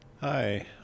Hi